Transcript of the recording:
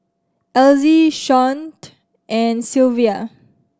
Elzie Shawnte and Sylvia